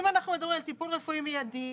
אם אנחנו מדברים על טיפול רפואי מיידי,